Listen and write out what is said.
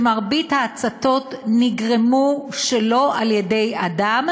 מרבית ההצתות נגרמו שלא על-ידי אדם,